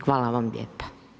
Hvala vam lijepo.